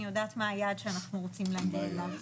אני יודעת מה היעד שאנחנו רוצים להגיע,